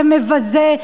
זה מבזה.